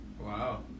Wow